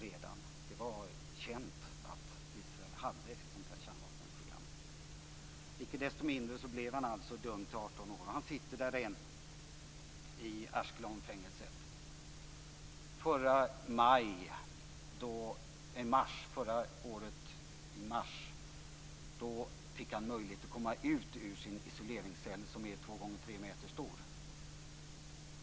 Det var känt att Israel hade ett sådan här kärnvapenprogram. Icke desto mindre blev han alltså dömd till 18 år. Och han sitter där än, i Ashkelonfängelset. I mars förra året fick han möjlighet att komma ut ur sin isoleringscell, som är två gånger tre meter stor.